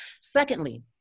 Secondly